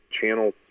channel